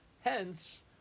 Hence